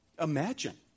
Imagine